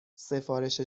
سفارش